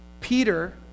Peter